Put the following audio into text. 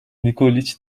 nikoliç